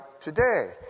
today